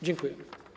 Dziękuję.